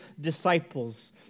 disciples